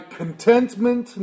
contentment